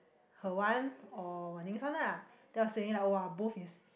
her one or Wan-Ning's one lah then I was saying like !wah! both is